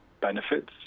benefits